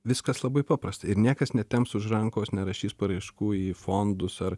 viskas labai paprasta ir niekas netemps už rankos nerašys paraiškų į fondus ar